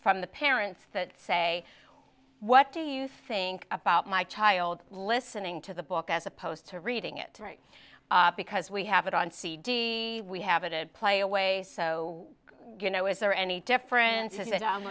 from the parents that say what do you think about my child listening to the book as opposed to reading it right because we have it on cd we have it play away so you know is there any difference is